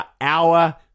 hour